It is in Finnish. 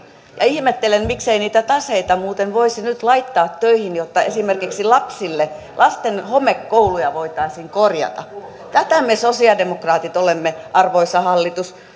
ja ihmettelen miksei niitä taseita muuten voisi nyt laittaa töihin jotta esimerkiksi lasten homekouluja voitaisiin korjata tätä me sosialidemokraatit olemme arvoisa hallitus